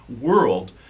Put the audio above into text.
world